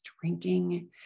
drinking